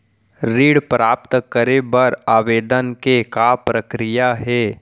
ऋण प्राप्त करे बर आवेदन के का प्रक्रिया हे?